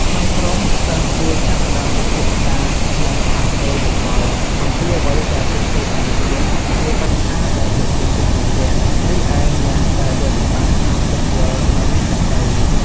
ក្នុងក្រុម សិស្សគួរចាប់ផ្ដើមពិភាក្សានិងផ្លាស់ប្ដូរយោបល់ អំពីអ្វីដែលពួកគេបានរៀន ឬបញ្ហាដែលពួកគេជួបប្រទះ។ រីឯអ្នកដែលយល់ច្បាស់អាចពន្យល់ដល់អ្នកដទៃ។